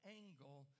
angle